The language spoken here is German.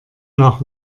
nach